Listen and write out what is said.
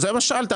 זה מה ששאלת.